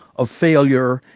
of failure,